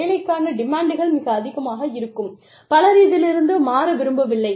வேலைக்கான டிமாண்டுகள் மிக அதிகமாக இருக்கும் பலர் இதிலிருந்து மாற விரும்பவில்லை